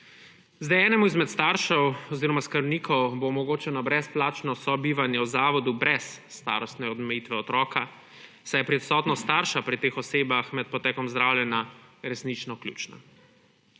Enemu izmed staršev oziroma skrbnikov bo omogočeno brezplačno sobivanje v zavodu brez starostne omejitve otroka, saj je prisotnost starša pri teh osebah med potekom zdravljenja resnično ključna.